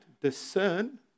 discern